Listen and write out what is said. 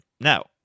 Now